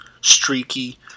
streaky